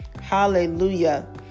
Hallelujah